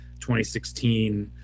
2016